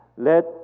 Let